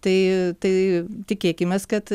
tai tai tikėkimės kad